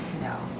no